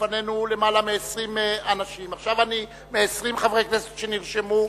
לפנינו למעלה מ-20 אנשים, מ-20 חברי כנסת שנרשמו,